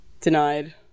Denied